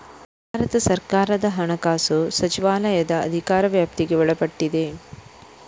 ಭಾರತ ಸರ್ಕಾರದ ಹಣಕಾಸು ಸಚಿವಾಲಯದ ಅಧಿಕಾರ ವ್ಯಾಪ್ತಿಗೆ ಒಳಪಟ್ಟಿದೆ